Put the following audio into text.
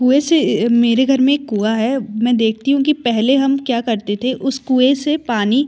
कुएँ से मेरे घर में एक कुआँ है मैं देखती हूँ कि पहले हम क्या करते थे उस कुएँ से पानी